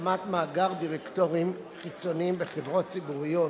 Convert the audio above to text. הקמת מאגר דירקטורים חיצוניים בחברות ציבוריות),